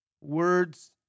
Words